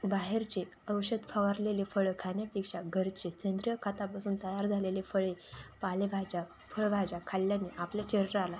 बाहेरचे औषध फवारलेले फळं खाण्यापेक्षा घरचे सेंद्रिय खतापासून तयार झालेले फळे पालेभाज्या फळभाज्या खाल्ल्याने आपल्या शरीराला